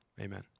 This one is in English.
Amen